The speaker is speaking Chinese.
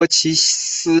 科奇斯